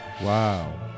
wow